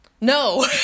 no